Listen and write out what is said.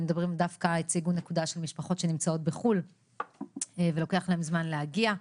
הם הציגו את הנקודה של משפחות שנמצאות בחו"ל ולוקח להם זמן להגיע.